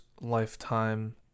lifetime